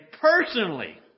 personally